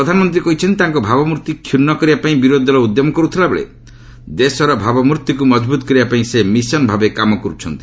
ପ୍ରଧାନମନ୍ତ୍ରୀ କହିଛନ୍ତି ତାଙ୍କର ଭାବମୂର୍ତ୍ତି କ୍ଷୁର୍ଷ୍ଣ କରିବା ପାଇଁ ବିରୋଧୀ ଦଳ ଉଦ୍ୟମ କରୁଥିବା ବେଳେ ଦେଶର ଭାବମୂର୍ତ୍ତିକୁ ମଜବୁତ କରିବା ପାଇଁ ସେ ମିଶନ୍ ଭାବେ କାମ କରୁଛନ୍ତି